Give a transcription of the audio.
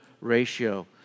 ratio